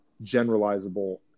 generalizable